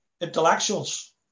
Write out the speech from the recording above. intellectuals